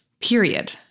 period